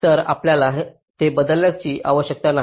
तर आपल्याला ते बदलण्याची आवश्यकता नाही